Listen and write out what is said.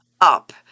up